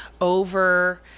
over